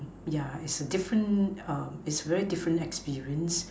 yeah is a different err is very different experience